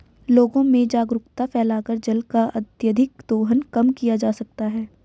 लोगों में जागरूकता फैलाकर जल का अत्यधिक दोहन कम किया जा सकता है